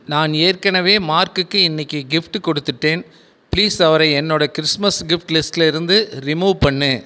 நான் ஏற்கனவே மார்க்குக்கு இன்னிக்கு கிஃப்ட் கொடுத்துவிட்டேன் ப்ளீஸ் அவரை என்னோட கிறிஸ்துமஸ் கிஃப்ட் லிஸ்ட்லேருந்து ரிமூவ் பண்ணு